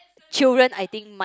children I think might